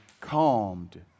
calmed